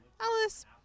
Alice